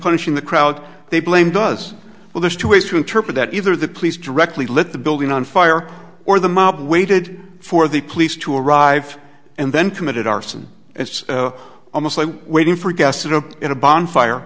punishing the crowd they blame does well there's two ways to interpret that either the police directly lit the building on fire or the mob waited for the police to arrive and then committed arson it's almost like waiting for